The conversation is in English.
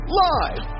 live